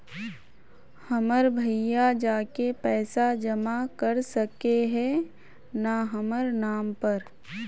हमर भैया जाके पैसा जमा कर सके है न हमर नाम पर?